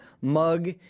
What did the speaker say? mug